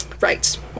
Right